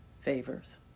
favors